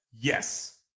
yes